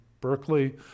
Berkeley